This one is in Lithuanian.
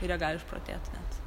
ir jie gali išprotėt net